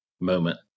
moment